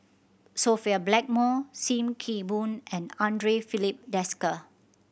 Sophia Blackmore Sim Kee Boon and Andre Filipe Desker